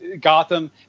gotham